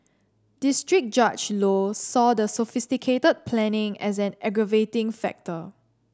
district Judge Low saw the sophisticated planning as an aggravating factor